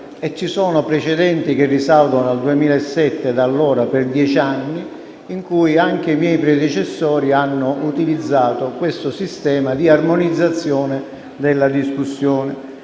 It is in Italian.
Ci sono però precedenti che risalgono al 2007, e da allora per dieci anni, in cui anche i miei predecessori hanno utilizzato questo sistema di armonizzazione della discussione.